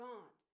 God